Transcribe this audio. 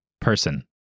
person